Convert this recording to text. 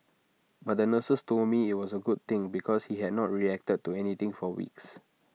but the nurses told me IT was A good thing because he had not reacted to anything for weeks